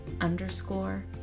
underscore